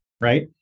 right